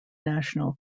national